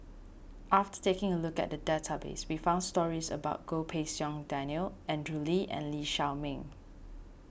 after taking a look at the database we found stories about Goh Pei Siong Daniel Andrew Lee and Lee Shao Meng